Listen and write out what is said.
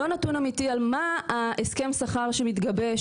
לא נתון אמיתי על מה ההסכם שכר שמתגבש,